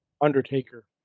Undertaker